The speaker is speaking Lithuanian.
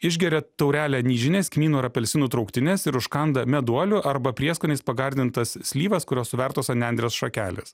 išgeria taurelę anyžinės kmynų ar apelsinų trauktinės ir užkanda meduolių arba prieskoniais pagardintas slyvas kurios suvertos ant nendrės šakelės